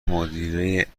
مدیره